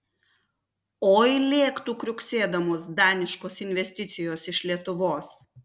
oi lėktų kriuksėdamos daniškos investicijos iš lietuvos